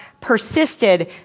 persisted